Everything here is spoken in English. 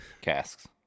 casks